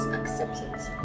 acceptance